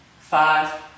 Five